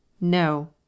no